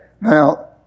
Now